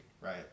right